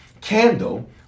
candle